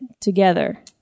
together